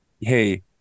hey